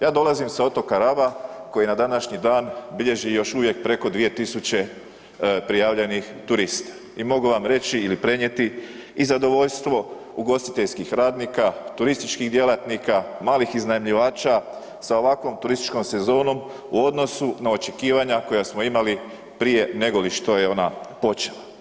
Ja dolazim sa otoka Raba koji na današnji dan bilježi još uvije preko 2.000 prijavljenih turista i mogu vam reći ili prenijeti i zadovoljstvo ugostiteljskih radnika, turističkih djelatnika, malih iznajmljivača sa ovakvom turističkom sezonom u odnosu na očekivanja koja smo imali prije negoli što je ona počela.